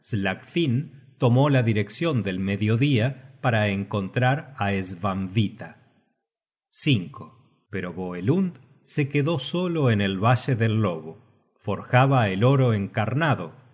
slagfinn tomó la direccion del mediodía para encontrar á svanhvita content from google book search generated at pero voelund se quedó solo en el valle del lobo forjaba el oro encarnado